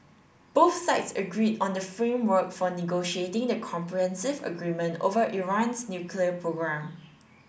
both sides agreed on the framework for negotiating the comprehensive agreement over Iran's nuclear programme